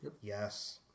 Yes